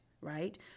right